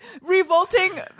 revolting